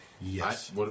Yes